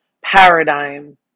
paradigm